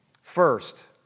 First